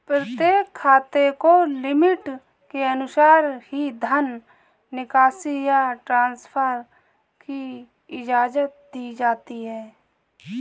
प्रत्येक खाते को लिमिट के अनुसार ही धन निकासी या ट्रांसफर की इजाजत दी जाती है